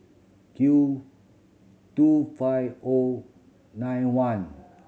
Q two five O nine one